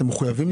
אתם מחויבים?